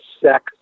sex